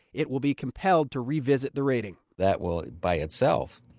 it will be compelled to revisit the rating that will, by itself,